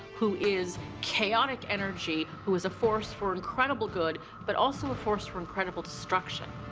who is chaotic energy, who is a force for incredible good but also a force for incredible destruction.